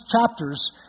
chapters